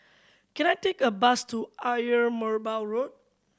can I take a bus to Ayer Merbau Road